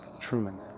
Truman